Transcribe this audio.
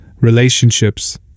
relationships